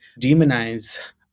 demonize